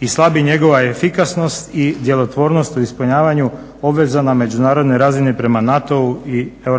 i slabi njegova efikasnost i djelotvornost u ispunjavanju obveza na međunarodnoj razini prema NATO-u i EU.